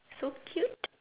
so cute